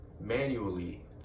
manually